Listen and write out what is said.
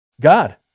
God